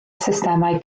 systemau